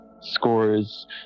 scores